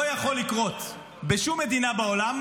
זה לא יכול לקרות בשום מדינה בעולם.